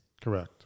Correct